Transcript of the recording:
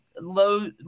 low